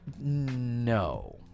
No